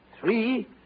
three